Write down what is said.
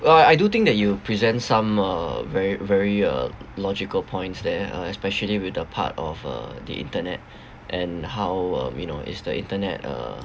!wah! I do think that you present some uh very very uh logical points there especially with the part of uh the internet and how um you know is the internet uh